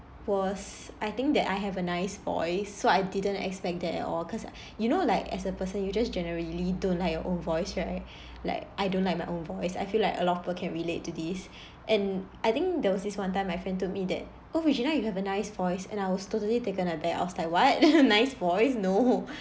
was I think that I have a nice voice so I didn't expect that at all cause like you know like as a person you just generally don't like your own voice right like I don't like my own voice I feel like a lot of people can relate to this and I think there was this one time my friend told me that oh regina you have a nice voice and I was totally taken aback I was like what nice voice no